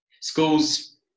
schools